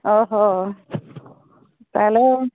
ଓହୋ ତା'ହେଲେ